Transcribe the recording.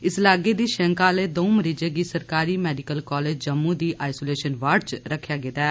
इस लागै दी शैंका आह्लें द'ऊ मरीजें गी सरकारी मैडिकल कॉलेज जम्मू दी आईसोलेशन वार्ड च रक्खेआ गेदा ऐ